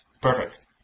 Perfect